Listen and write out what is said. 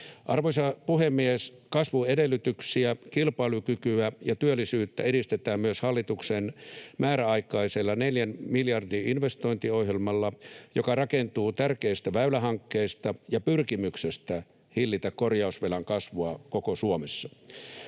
Arvoisa puhemies! Kasvun edellytyksiä, kilpailukykyä ja työllisyyttä edistetään myös hallituksen määräaikaisella neljän miljardin investointiohjelmalla, joka rakentuu tärkeistä väylähankkeista ja pyrkimyksestä hillitä korjausvelan kasvua koko Suomessa.